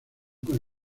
con